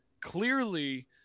clearly